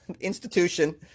institution